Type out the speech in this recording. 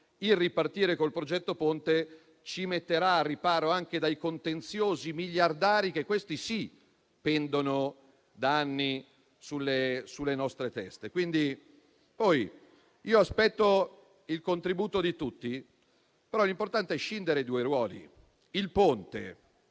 ripartire col progetto del Ponte ci metterà al riparo anche dai contenziosi miliardari che - questi sì - pendono da anni sulle nostre teste. Quindi, aspetto il contributo di tutti, però l'importante è scindere i due ruoli. Il Ponte